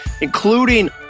including